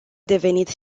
devenit